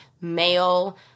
male